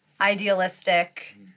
idealistic